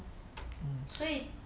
mm